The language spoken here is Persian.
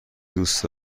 دوست